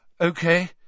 Okay